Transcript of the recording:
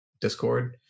Discord